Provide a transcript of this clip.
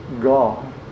God